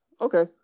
Okay